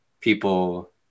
people